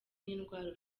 n’indwara